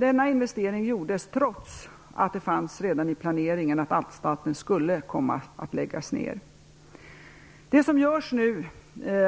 Denna investering gjordes trots att det redan fanns med i planeringen att anstalten skulle komma att läggas ner. Det som görs nu